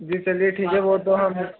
जी चलिए ठीक है वो तो हम